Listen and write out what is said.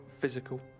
physical